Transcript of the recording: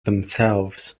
themselves